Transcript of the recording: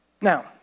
Now